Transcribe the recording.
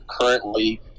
currently